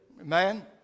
Amen